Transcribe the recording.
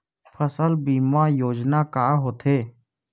फसल बीमा योजना का होथे?